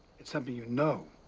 it's something you know.